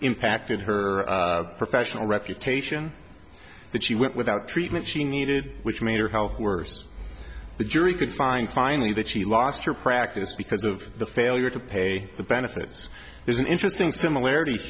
impacted her professional reputation that she went without treatment she needed which made her health worse the jury could find finally that she lost her practice because of the failure to pay the benefits there's an interesting similarit